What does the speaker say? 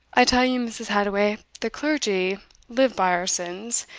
i tell you, mrs. hadoway, the clergy live by our sins,